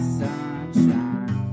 sunshine